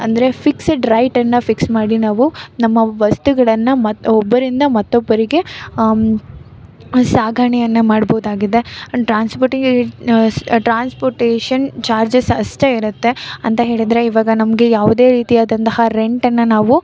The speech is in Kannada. ಅಂದರೆ ಫಿಕ್ಸಡ್ ರೈಟನ್ನು ಫಿಕ್ಸ್ ಮಾಡಿ ನಾವು ನಮ್ಮ ವಸ್ತುಗಳನ್ನು ಮತ್ತು ಒಬ್ಬರಿಂದ ಮತ್ತೊಬ್ಬರಿಗೆ ಸಾಗಣೆಯನ್ನು ಮಾಡ್ಬೋದಾಗಿದೆ ಆ್ಯಂಡ್ ಟ್ರಾನ್ಸ್ಪಟಿಗೆ ಸ್ ಟ್ರಾನ್ಸ್ಪೊರ್ಟೇಷನ್ ಚಾರ್ಜಸ್ ಅಷ್ಟೆ ಇರುತ್ತೆ ಅಂತ ಹೇಳಿದರೆ ಈವಾಗ ನಮಗೆ ಯಾವುದೇ ರೀತಿಯಾದಂತಹ ರೆಂಟನ್ನು ನಾವು